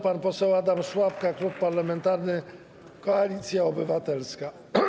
Pan poseł Adam Szłapka, Klub Parlamentarny Koalicja Obywatelska.